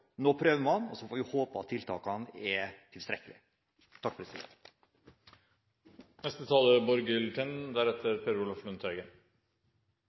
Nå prøver man, og så får vi håpe at tiltakene er tilstrekkelige.